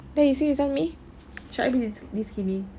there you see this [one] me should I be this this skinny